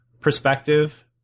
perspective